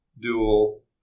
dual